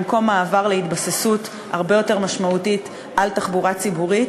במקום מעבר להתבססות הרבה יותר משמעותית על תחבורה ציבורית,